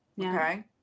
Okay